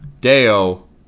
Deo